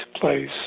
place